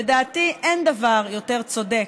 לדעתי, אין דבר יותר צודק,